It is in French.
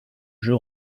jeu